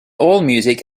allmusic